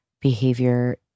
behavior